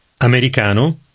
Americano